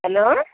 hello